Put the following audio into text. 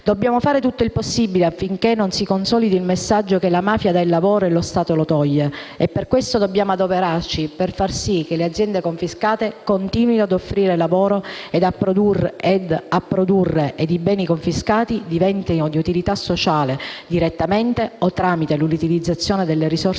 Dobbiamo fare tutto il possibile affinché non si consolidi il messaggio secondo cui la mafia dà il lavoro e lo Stato lo toglie. Per questo dobbiamo adoperarci per far sì che le aziende confiscate continuino ad offrire lavoro e a produrre e che i beni confiscati diventino di utilità sociale, direttamente o tramite l'utilizzazione delle risorse